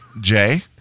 Jay